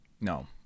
No